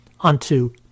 unto